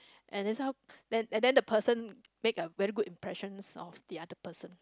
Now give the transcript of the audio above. and then some then and then the person make a very good impressions of the other person